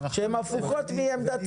שהן הפוכות מעמדת